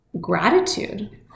gratitude